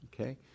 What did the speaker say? okay